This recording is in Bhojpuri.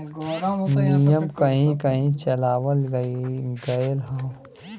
नियम कहीं कही चलावल गएल हौ